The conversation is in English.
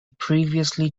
previously